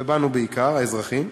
ובנו בעיקר, האזרחים.